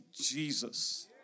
Jesus